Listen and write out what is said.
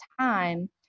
time